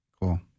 Cool